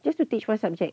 just to teach one subject